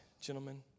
gentlemen